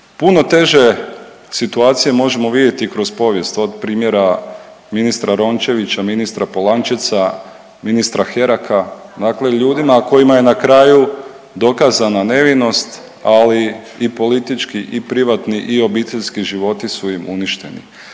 Puno teže situacije možemo vidjeti kroz povijest od primjera ministra Rončevića, ministra Polančeca, ministra Heraka, dakle ljudi kojima je na kraju dokazana nevinost, ali i politički i privatni i obiteljski životi su im uništeni.